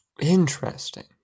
interesting